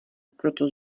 proto